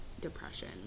depression